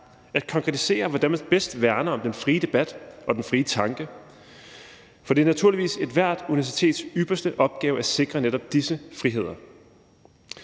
at konkretisere, hvordan man bedst værner om den frie debat og den frie tanke. For det er naturligvis ethvert universitets ypperste opgave at sikre netop disse friheder.